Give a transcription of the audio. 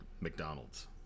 McDonald's